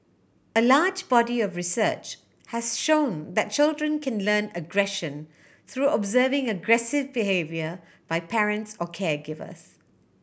a large body of research has shown that children can learn aggression through observing aggressive behaviour by parents or caregivers